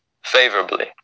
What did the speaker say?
favorably